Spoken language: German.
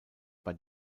bei